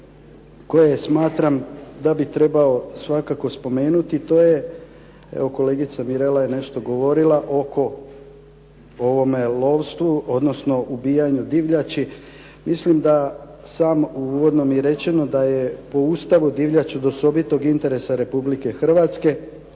koje smatram da bih trebao svakako spomenuti, to je, evo kolegica Mirela je nešto govorila oko ovome lovstvu, odnosno ubijanju divljači, mislim da sam, u uvodnom i rečeno da je po Ustavu divljač od osobitog interesa Republike Hrvatske